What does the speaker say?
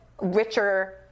richer